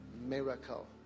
miracle